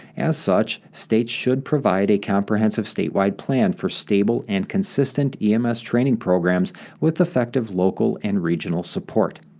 as such, states should provide a comprehensive statewide plan for stable and consistent ems training programs with effective local and regional support.